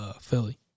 Philly